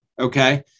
Okay